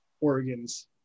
Oregon's